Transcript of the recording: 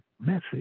message